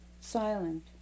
silent